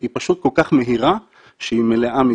היא פשוט כל כך מהירה שהיא מלאה מדי.